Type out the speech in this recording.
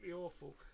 awful